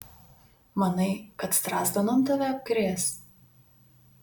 manai kad strazdanom tave apkrės